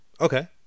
Okay